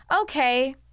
okay